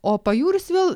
o pajūris vėl